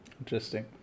Interesting